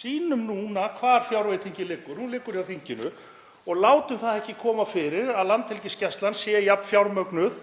Sýnum núna hvar fjárveitingin liggur, hún liggur hjá þinginu, og látum það ekki koma fyrir að Landhelgisgæslan sé eins fjármögnuð